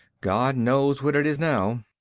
god knows what it is now.